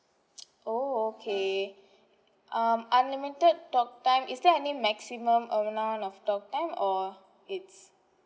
orh okay um unlimited talk time is there any maximum amount of talk time or it's